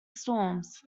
storms